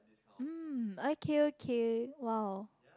um okay okay !wow!